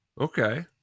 okay